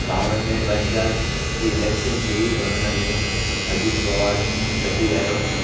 गांवनि में पंचायत जी इलैक्शन थी त हुन में अजीत बवाज खटी आहियो